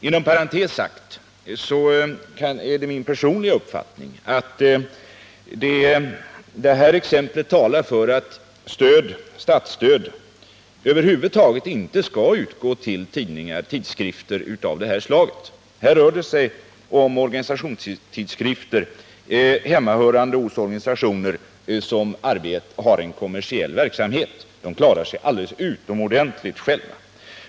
Inom parantes sagt är det min personliga uppfattning att det här exemplet talar för att statsstöd över huvud taget inte skall utgå till tidskrifter eller tidningar av det här slaget. Här rör det sig om organistionstidskrifter, hemmahörande hos organisationer som har en kommersiell verksamhet. De klarar sig alldeles utomordentligt själva.